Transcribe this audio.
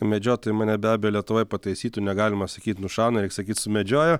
medžiotojai mane be abejo lietuvoj pataisytų negalima sakyt nušauna reik sakyt sumedžiojo